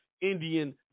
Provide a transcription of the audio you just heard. indian